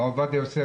הרב עובדיה יוסף,